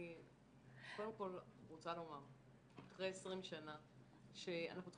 אני קודם כל רוצה לומר אחרי 20 שנה שאנחנו צריכות